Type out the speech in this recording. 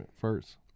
first